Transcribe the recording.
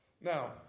Now